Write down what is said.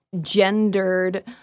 gendered